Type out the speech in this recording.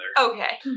Okay